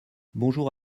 bonjour